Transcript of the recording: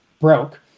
broke